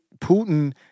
Putin